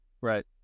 Right